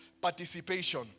participation